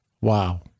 wow